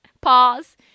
Pause